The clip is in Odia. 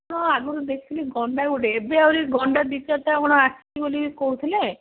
ହଁ ଆଗରୁ ଦେଖିଥିଲି ଗଣ୍ଡା ଗୋଟେ ଏବେ ଆହୁରି ଗଣ୍ଡା ଦୁଇ ଚାରିଟା କ'ଣ ଆସିଛି ବୋଲି କହୁଥିଲେ